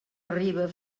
arribe